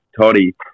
Toddy